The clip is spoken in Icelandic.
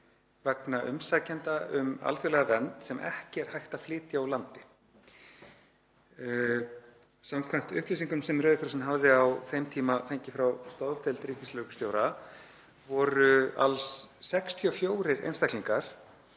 vegna umsækjenda um alþjóðlega vernd sem ekki er hægt að flytja úr landi. Samkvæmt upplýsingum sem Rauði krossinn hafði á þeim tíma fengið frá stoðdeild ríkislögreglustjóra voru alls 64 einstaklingar